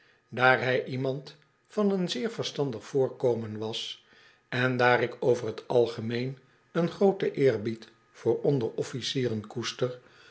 daar hij iemand van een zeer verstandig voorkomen was en daar ik over t algemeen een grooten eerbied voor onderofficieren koester